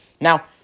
Now